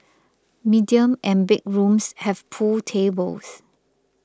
medium and big rooms have pool tables